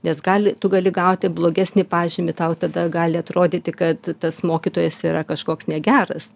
nes gali tu gali gauti blogesnį pažymį tau tada gali atrodyti kad tas mokytojas yra kažkoks negeras